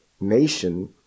nation